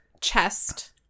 chest